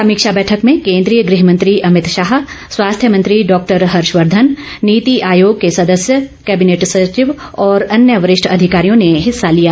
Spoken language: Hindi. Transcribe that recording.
समीक्षा बैठक में केंद्रीय गृह मंत्री अमित शाह स्वास्थ्य मंत्री डॉ हर्षवर्धन नीति आयोग के सदस्य कैबिनेट सचिव और अन्य वरिष्ठ अधिकारियों ने हिस्सा लिया